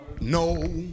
no